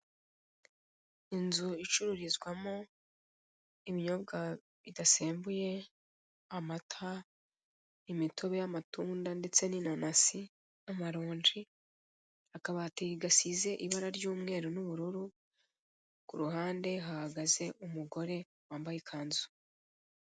Inzu icururizwamo ibinyobwa bidasembuye, amata, imitobe y'amatunda ndetse n'inanasi n'amaronji, akabati gasize ibara ry'umweru n'ubururu, ku ruhande hahagaze umugore wambaye ikanzu.